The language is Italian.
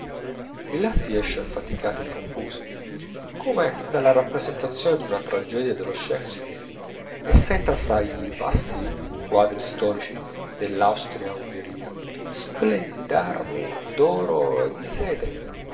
di là si esce affaticati e confusi come dalla rappresentazione d'una tragedia dello shakespeare e s'entra fra i vasti quadri storici dellaustria ungheria splendidi d'armi d'oro e di sete